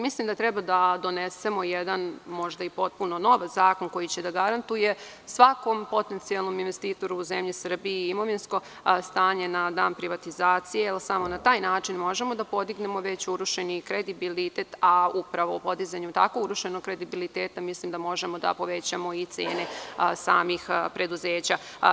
Mislim da treba da donesemo jedan možda i potpuno nov zakon koji će da garantuje svakom potencijalnom investitoru u zemlji Srbiji imovinsko stanje na dan privatizaicje, jer samo na taj način možemo da podignemo već urušeni kredibilitet, a upravo podizanjem tako urušenog kredibiliteta mislim da možemo da povećamo i cene samih preduzeća.